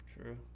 true